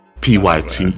PYT